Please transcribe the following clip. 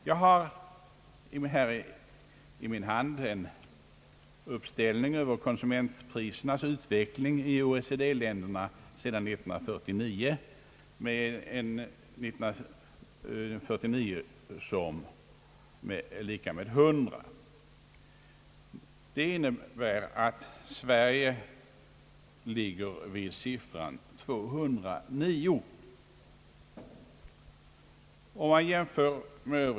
Jag har här i min hand en uppställning över konsumentprisernas utveckling i OECD-länderna sedan 1949. Konsumentprisindex 1949 är i den statistiken lika med 100. Sverige ligger vid siffran 209.